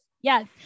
yes